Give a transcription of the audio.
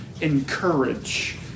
encourage